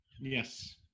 Yes